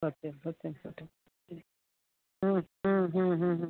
सत्यं सत्यं सत्यं